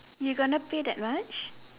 you gonna pay that much